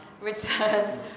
returned